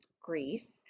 Greece